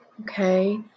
Okay